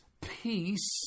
peace